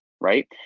right